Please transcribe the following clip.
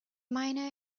miner